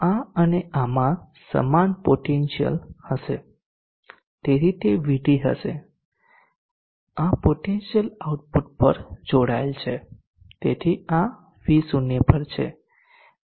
આ અને આમાં સમાન પોટેન્શિયલ હશે તેથી તે VT હશે આ પોટેન્શિયલ આઉટપુટ સાથે જોડાયેલ છે તેથી આ V0 પર છે